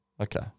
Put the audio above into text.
Okay